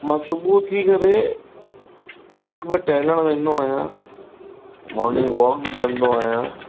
मां सुबुहु उथी करे पार्क में टहिलण वेंदो आहियां मॉर्निंग वॉक बि कंदो आहियां